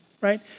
right